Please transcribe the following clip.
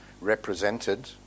represented